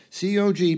COG